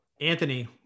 Anthony